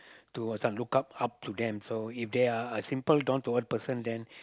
to this one look up up to them so if they are a simple down to earth person then